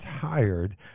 tired